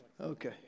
Okay